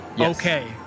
Okay